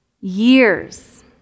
Years